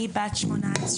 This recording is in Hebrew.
אני בת 18,